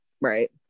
right